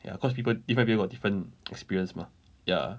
ya cause people different people got different experience mah ya